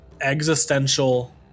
existential